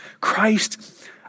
Christ